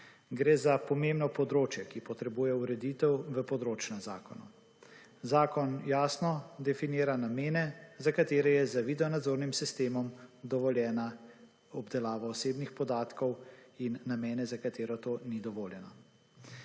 Gre za pomembno področje, ki potrebuje ureditev v področnem zakonu. Zakon jasno definira namene, za katere je z video nadzornim sistemom dovoljena obdelava osebnih podatkov in namene za katere to ni dovoljeno.